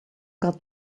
got